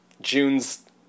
June's